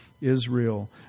Israel